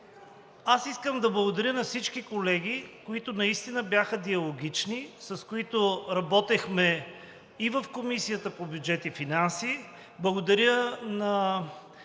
Аз искам да благодаря на всички колеги, които наистина бяха диалогични, с които работехме и в Комисията по бюджет и финанси. Благодаря на